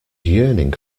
yearning